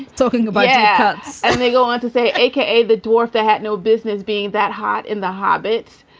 talking about yeah cuts and they go on to say, a k a. the dwarf that had no business being that hot in the hobbit.